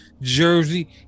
Jersey